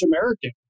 American